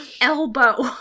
elbow